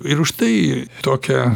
ir už tai tokią